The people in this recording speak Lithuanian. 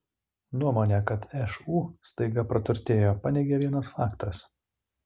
nuomonę kad šu staiga praturtėjo paneigė vienas faktas